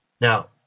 Now